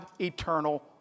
eternal